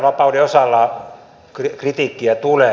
valinnanvapauden osalta kritiikkiä tulee